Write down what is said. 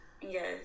Yes